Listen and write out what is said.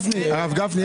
הרב גפני,